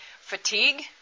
Fatigue